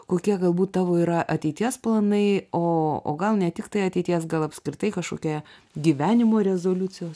kokie galbūt tavo yra ateities planai o o gal ne tiktai ateities gal apskritai kažkokia gyvenimo rezoliucijos